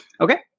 Okay